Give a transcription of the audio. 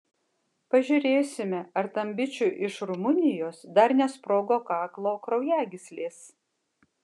pažiūrėsime ar tam bičui iš rumunijos dar nesprogo kaklo kraujagyslės